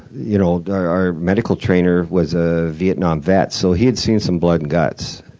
you know our medical trainer was a vietnam vet, so he'd seen some blood and guts.